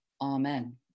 Amen